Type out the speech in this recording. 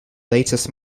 latest